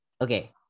Okay